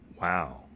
wow